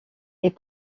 est